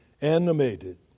animated